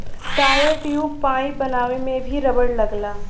tyre, tube, pipe बनावे में भी रबड़ लगला